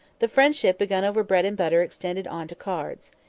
the friendship begun over bread and butter extended on to cards.